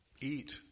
Eat